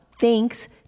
thanks